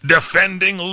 Defending